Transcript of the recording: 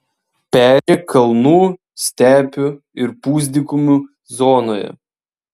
peri kalnų stepių ir pusdykumių zonoje